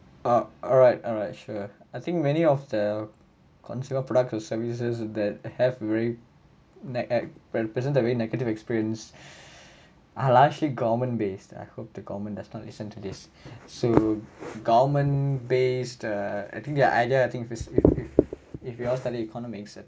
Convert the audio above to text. ah alright alright sure I think many of the consumer products or services that have very neg~ act represent negative experience are largely government based I hope the government does not listen to this so government based uh I think they are either I think basically if you all studying economics